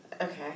Okay